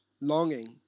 longing